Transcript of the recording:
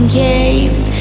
game